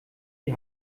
die